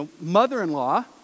mother-in-law